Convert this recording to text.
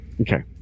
Okay